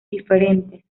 diferentes